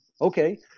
Okay